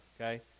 okay